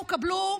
קבלו,